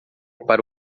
para